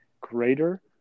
greater